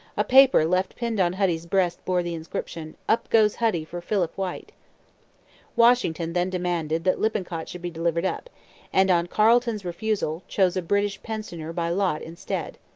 a paper left pinned on huddy's breast bore the inscription up goes huddy for philip white washington then demanded that lippincott should be delivered up and, on carleton's refusal, chose a british prisoner by lot instead.